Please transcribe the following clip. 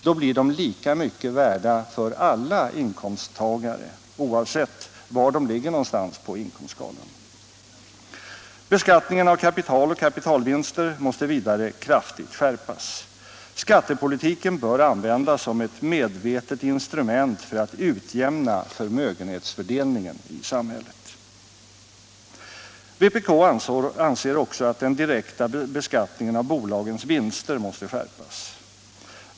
Då blir de lika mycket värda för alla inkomsttagare, oavsett var dessa ligger på inkomstskalan. Beskattningen av kapital och kapitalvinster måste vidare kraftigt skärpas. Skattepolitiken bör användas som ett medvetet instrument för att utjämna förmögenhetsfördelningen i samhället. Vpk anser också att den direkta beskattningen av bolagens vinster måste skärpas.